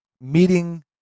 meeting